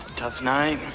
tough night?